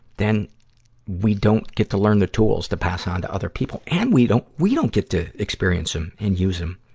then we don't get to learn the tools to pass on to other people. and we don't, we don't get to experience them and use them.